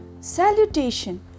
salutation